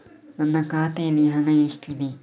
ನನ್ನ ಖಾತೆಯಲ್ಲಿ ಹಣ ಎಷ್ಟಿದೆ?